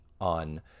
on